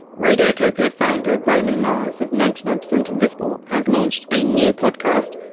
radiotopia founder roman mars of ninety nine percent invisible has launched a new podcast,